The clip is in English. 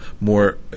more